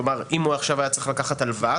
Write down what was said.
כלומר אם הוא היה צריך לקחת עכשיו הלוואה.